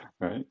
right